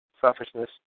Selfishness